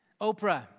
Oprah